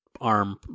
ARM